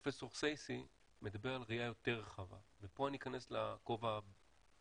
פרופ' חסייסי מדבר על ראייה יותר רחבה ופה אני אכנס לכובע הפוליטי.